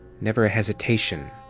never a hesitation.